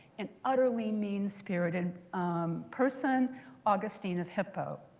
and utterly mean-spirited person augustine of hippo.